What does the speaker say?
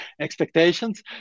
expectations